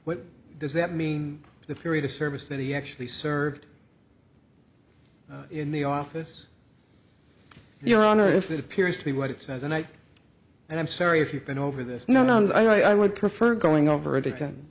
what does that mean the period of service that he actually served in the office your honor if it appears to be what it says and i and i'm sorry if you've been over this no no no i would prefer going over